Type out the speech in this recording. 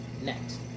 Next